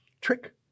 trick